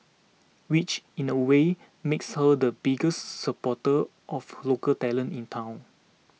which in a way makes her the biggest supporter of local talent in town